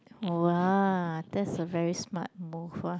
!wah! that's a very smart move ah